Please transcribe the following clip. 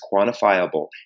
quantifiable